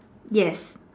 yes